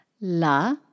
La